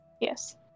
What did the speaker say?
Yes